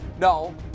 no